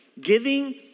Giving